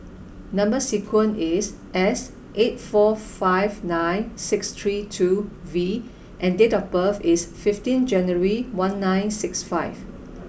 number sequence is S eight four five nine six three two V and date of birth is fifteen January one nine six five